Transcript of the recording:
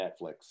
Netflix